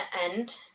end